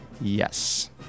Yes